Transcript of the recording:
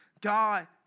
God